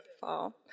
fall